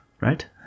Right